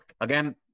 Again